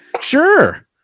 Sure